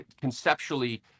conceptually